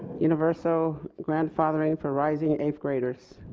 universal grandfathering for rising eighth grade.